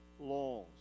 laws